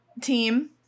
team